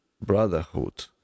brotherhood